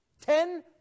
Ten